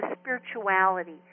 spirituality